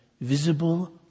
visible